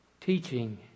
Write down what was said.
teaching